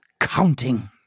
counting